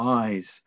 eyes